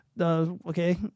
Okay